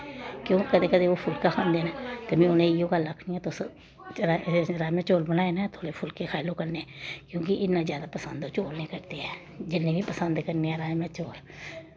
क्यों कदें कदें ओह् फुल्का खांदे न ते उ'नें में इ'यो गल्ल आखनी आं तुस जिसलै राजमा चौल बनाए न थोह्ड़े फुल्के खाई लैओ कन्नै क्योंकि इ'न्ना ज्यादा पसंद ओह् चौल नी करदे ऐं जिन्ने मी पसंद करने आं राजमा चौल